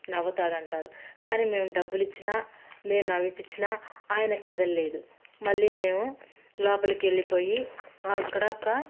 నవ్వుతాడు అంటారు కానీ మేం డబ్బులు ఇచ్చిన మేం నవ్విచ్చిన ఆయన కదల్లేదు మళ్ళీ మేము లోపలికి వెళ్ళిపోయి అక్కడ ఒక